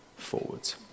Forwards